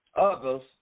others